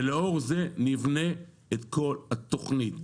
ולאור זה נבנה את כל התוכנית.